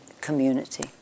community